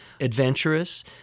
adventurous